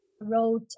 wrote